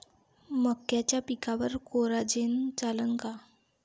मक्याच्या पिकावर कोराजेन चालन का?